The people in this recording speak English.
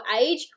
age